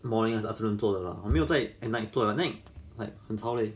morning and afternoon 做的了我没有在 at night 做 I mean like 很吵 leh